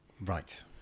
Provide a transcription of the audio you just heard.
Right